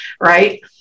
Right